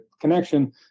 connection